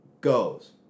goes